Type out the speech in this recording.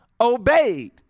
obeyed